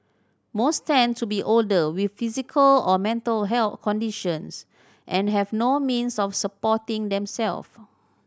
most tend to be older with physical or mental health conditions and have no means of supporting themselves